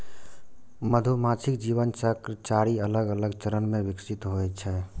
मधुमाछीक जीवन चक्र चारि अलग अलग चरण मे विकसित होइ छै